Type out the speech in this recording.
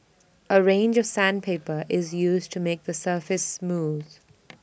A range of sandpaper is used to make the surface smooth